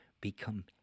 become